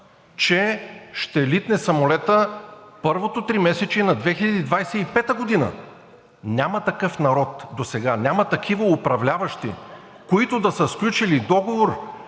че ще литне самолетът първото тримесечие на 2025 г. Няма такъв народ досега, няма такива управляващи, които да са сключили договор,